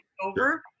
over